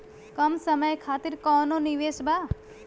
कम समय खातिर कौनो निवेश बा?